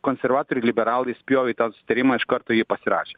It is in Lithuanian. konservatoriai liberalai spjovė į tą susitarimą iš karto jį pasirašė